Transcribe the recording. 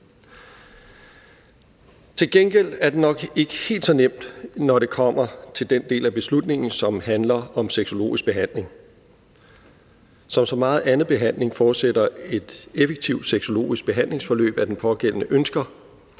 Til gengæld er det nok ikke helt så nemt, når det kommer til den del af beslutningsforslaget, som handler om sexologisk behandling. Som så meget anden behandling forudsætter et effektivt sexologisk behandlingsforløb, at den pågældende ønsker